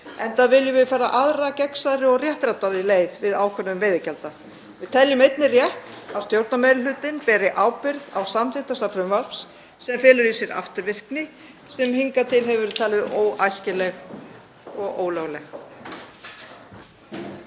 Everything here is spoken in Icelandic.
enda viljum við fara aðra gegnsærri og réttlátari leið við ákvörðun veiðigjalda. Við teljum einnig rétt að stjórnarmeirihlutinn beri ábyrgð á samþykkt þessa frumvarps sem felur í sér afturvirkni sem hingað til hefur verið talin óæskileg og ólögleg.